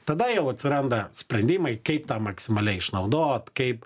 tada jau atsiranda sprendimai kaip tą maksimaliai išnaudot kaip